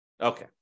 Okay